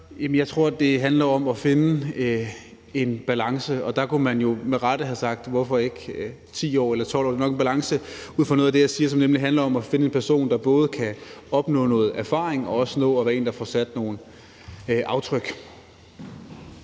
Jeg tror, det handler om at finde en balance. Man kan jo med rette spørge, hvorfor det ikke er 12 år eller andet. Det er nok en balance, som jeg siger, som handler om at finde en person, som både kan opnå noget erfaring og også nå at være en, der får sat nogle aftryk.